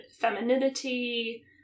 femininity